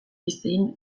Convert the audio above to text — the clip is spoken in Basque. ezin